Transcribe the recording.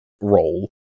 role